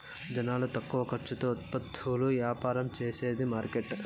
జనాలు తక్కువ ఖర్చుతో ఉత్పత్తులు యాపారం చేసేది మార్కెట్